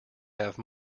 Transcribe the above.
have